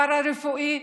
הפארה-רפואי,